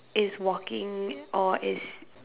it's walking or is